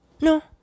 No